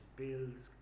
bills